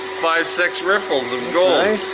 five, six riffles of gold.